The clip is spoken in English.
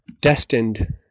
destined